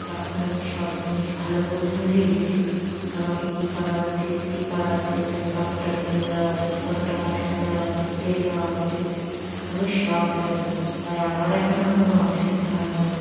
এখন আমি সব জিনিস ভালো করে বুঝে গেছি আমাকে কী করা উচিত কী করা উচিত নয় কতটা নুন দেওয়া উচিত কতটা মশলা দেওয়া উচিত তেল দেওয়া উচিত আমি সব জানি তাই আমার এখন আর কোনো অসুবিধা হয় না